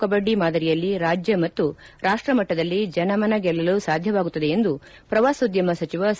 ಕಬಡ್ಡಿ ಮಾದರಿಯಲ್ಲಿ ರಾಜ್ಯ ಮತ್ತು ರಾಷ್ಷಮಟ್ಟದಲ್ಲಿ ಜನಮನ ಗೆಲ್ಲಲು ಸಾಧ್ಯವಾಗುತ್ತದೆ ಎಂದು ಪ್ರವಾಸೋದ್ಯಮ ಸಚಿವ ಸಿ